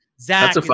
Zach